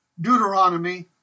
Deuteronomy